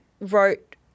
wrote